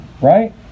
right